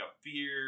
fear